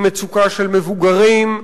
היא מצוקה של מבוגרים,